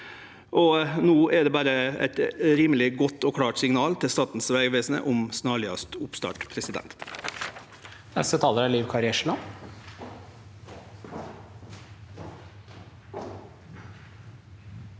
No er det berre eit rimeleg godt og klart signal til Statens vegvesen om snarlegast oppstart. Liv